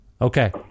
Okay